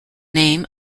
name